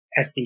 SD